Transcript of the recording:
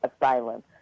asylum